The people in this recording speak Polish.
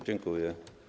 Dziękuję.